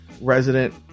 resident